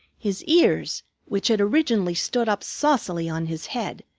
his ears, which had originally stood up saucily on his head,